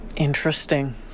Interesting